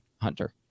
Hunter